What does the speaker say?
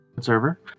server